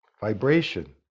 vibration